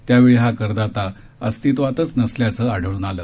त्यावेळी हा करदाता अस्तित्वातच नसल्याचं आढळून आलं